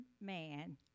man